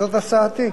זאת הצעתי.